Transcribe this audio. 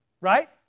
Right